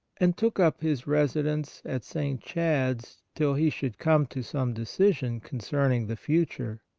and took up his residence at st. chad's till he should come to some decision concerning the future.